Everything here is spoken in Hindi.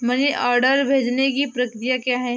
मनी ऑर्डर भेजने की प्रक्रिया क्या है?